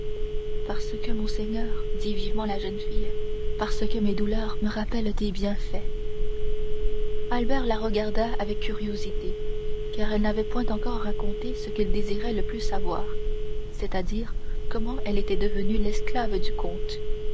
parce que mon seigneur dit vivement la jeune fille parce que mes douleurs me rappellent tes bienfaits albert la regarda avec curiosité car elle n'avait point encore raconté ce qu'il désirait le plus savoir c'est-à-dire comment elle était devenue l'esclave du comte